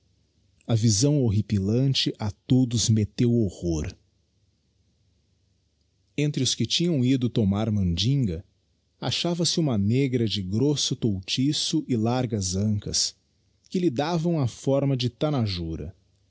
a visão horripilante a todos metteu horror entre os que tinham ido tomar mandinga achava-se uma negra de grosso toutiço e largas ancas que lhe davam a forma de